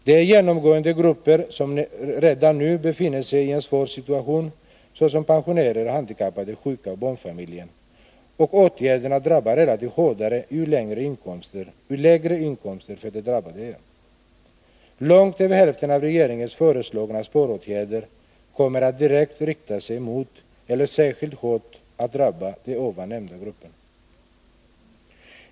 Det gäller genomgående grupper som redan nu befinner sig i en svår situation, såsom pensionärer, handikappade, sjuka och barnfamiljer, och åtgärderna drabbar relativt hårdare ju lägre inkomsten för den drabbade är. Långt över hälften av regeringens föreslagna sparåtgärder kommer att direkt rikta sig mot eller särskilt hårt drabba de ovan nämnda grupperna.